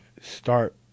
start